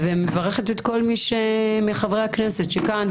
אני מברכת את כל חברי הכנסת שנמצאים כאן,